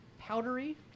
powdery